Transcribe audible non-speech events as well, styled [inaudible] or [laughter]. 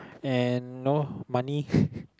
and no money [laughs]